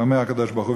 אומר הקדוש-ברוך-הוא,